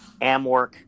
Amwork